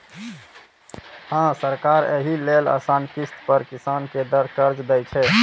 हां, सरकार एहि लेल आसान किस्त पर किसान कें कर्ज दै छै